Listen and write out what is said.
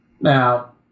Now